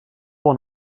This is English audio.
one